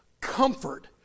comfort